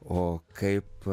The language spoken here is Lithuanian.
o kaip